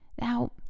Now